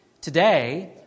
Today